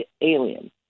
alien